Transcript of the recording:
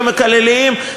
במקללים,